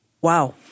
Wow